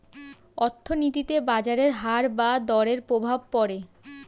অর্থনীতিতে বাজারের হার বা দরের প্রভাব পড়ে